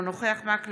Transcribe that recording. אינו נוכח אורי מקלב,